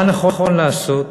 מה נכון לעשות,